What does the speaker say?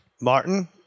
Martin